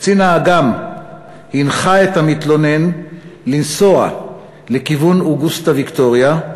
קצין האג"ם הנחה את המתלונן לנסוע לכיוון אוגוסטה-ויקטוריה,